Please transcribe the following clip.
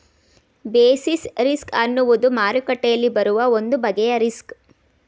basis risk ಅನ್ನುವುದು ಮಾರುಕಟ್ಟೆಯಲ್ಲಿ ಬರುವ ಒಂದು ಬಗೆಯ ರಿಸ್ಕ್